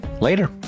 later